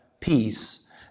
peace